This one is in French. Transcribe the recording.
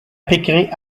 pékin